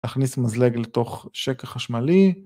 תכניס מזלג לתוך שקע חשמלי.